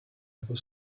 ever